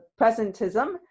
presentism